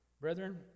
Brethren